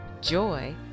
Joy